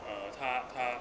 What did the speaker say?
uh 他他